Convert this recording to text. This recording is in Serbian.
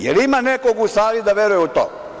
Jel ima nekog u sali da veruje u to?